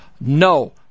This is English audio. no